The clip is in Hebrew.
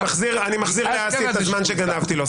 אני מחזיר לאסי את הזמן שגנבתי לו.